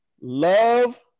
love